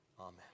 Amen